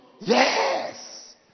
Yes